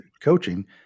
coaching